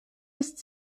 ist